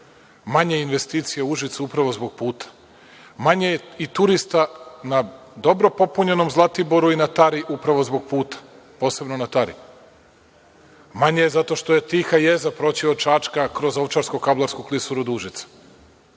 Manje je investicija u Užicu upravo zbog puta. Manje je i turista na dobro popunjenom Zlatiboru i na Tari upravo zbog puta, posebno na Tari. Manje je zato što je tiha jeza proći od Čačka krov Ovčarsko-Kablarsku klisuru do Užica.